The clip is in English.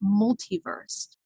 multiverse